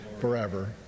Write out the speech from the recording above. forever